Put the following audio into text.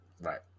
Right